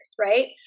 right